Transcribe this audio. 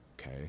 okay